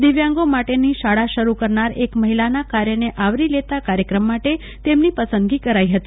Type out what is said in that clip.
દિવ્યાંગો માટેની શાળા શરૂ કરનાર એક મહિલાનાં કાર્યને આવરી લેતા તેમની પસંદગી કરાઈ હતી